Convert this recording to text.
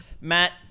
Matt